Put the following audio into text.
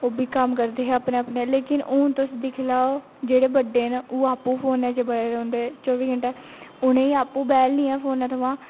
ओह् बी कम्म करदे हे अपने अपने लेकिन हुन तुस दिक्खी लैओ जेह्ड़े बड्डे न ओह् आपूं फोनै च बड़े रौंह्दे चौबी घैंटे उ'नेंगी आपूं बैह्ल निं ऐ फोनै थमां